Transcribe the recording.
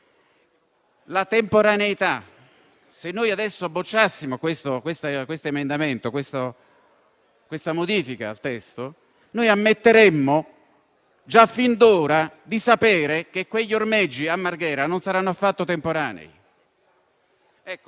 provvedimento. Se bocciassimo questa modifica al testo, ammetteremmo già fin d'ora di sapere che quegli ormeggi a Marghera non saranno affatto temporanei.